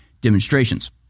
demonstrations